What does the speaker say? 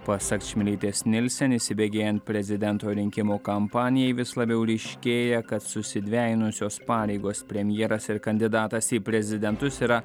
pasak čmilytės nilsen įsibėgėjant prezidento rinkimų kampanijai vis labiau ryškėja kad susidvejinusios pareigos premjeras ir kandidatas į prezidentus yra